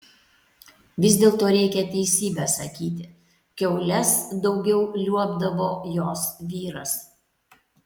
vis dėlto reikia teisybę sakyti kiaules daugiau liuobdavo jos vyras